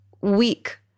weak